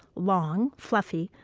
long, fluffy,